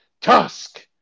Tusk